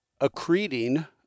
accreting